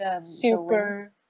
super